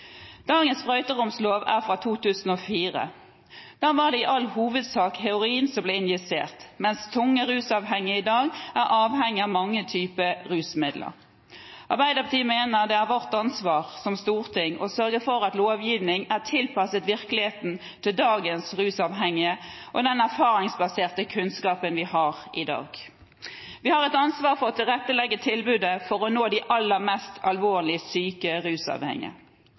Dagens sprøyteromslov er fra 2004. Da var det i all hovedsak heroin som ble injisert, mens tungt rusavhengige i dag er avhengige av mange typer rusmidler. Arbeiderpartiet mener at det er vårt ansvar som storting å sørge for at lovgivningen er tilpasset virkeligheten til dagens rusavhengige og den erfaringsbaserte kunnskapen vi har i dag. Vi har et ansvar for å tilrettelegge tilbudet for å nå de aller mest alvorlig syke rusavhengige.